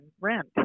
rent